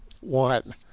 one